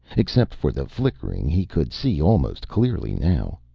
except for the flickering, he could see almost clearly now.